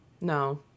No